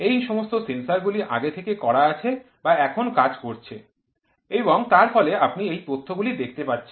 এই সমস্ত সেন্সর গুলি আগে থেকে করা আছে বা এখন কাজ করছে এবং তার ফলে আপনি এই তথ্যগুলি দেখতে পাচ্ছেন